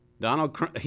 Donald